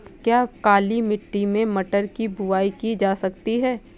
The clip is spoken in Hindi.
क्या काली मिट्टी में मटर की बुआई की जा सकती है?